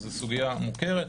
זו סוגיה מוכרת,